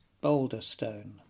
Boulderstone